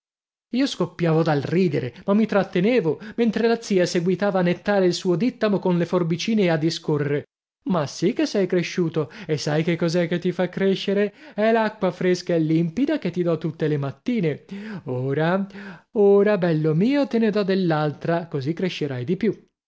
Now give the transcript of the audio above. io scoppiavo dal ridere ma mi trattenevo mentre la zia seguitava a nettare il suo dittamo con le forbicine e a discorrere ma sì che sei cresciuto e sai che cos'è che ti fa crescere è l'acqua fresca e limpida che ti dò tutte le mattine ora ora bello mio te ne dò dell'altra così crescerai di più